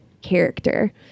character